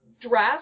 dress